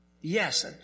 Yes